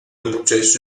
retrocesso